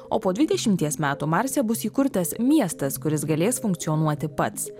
o po dvidešimties metų marse bus įkurtas miestas kuris galės funkcionuoti pats